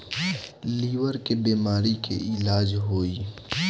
Liver के बीमारी के का इलाज होई?